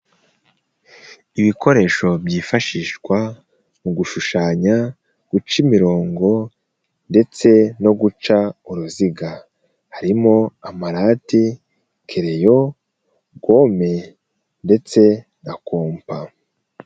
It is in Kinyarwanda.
Ibikoresho byifashishwa mu gushushanya, guca imirongo ndetse no guca uruziga. Harimo amarati, keryo, gome ndetse na kompa.